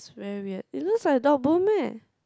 very weird it looks like a dog bone meh